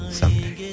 someday